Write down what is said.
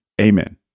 amen